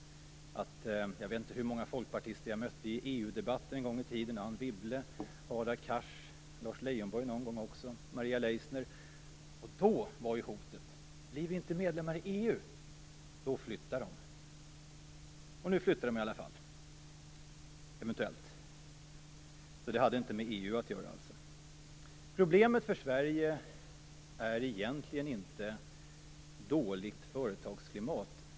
Jag vet inte hur många folkpartister jag mötte i EU-debatten en gång i tiden: Anne Wibble, Hadar Cars, Lars Leijonborg någon gång och Maria Leissner. Då var hotet: Blir vi inte medlemmar i EU, då flyttar de. Nu flyttar de eventuellt i alla fall. Det hade alltså inte med EU att göra. Problemet för Sverige är egentligen inte dåligt företagsklimat.